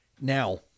Now